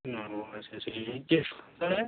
ও আচ্ছা আচ্ছা H S